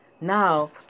Now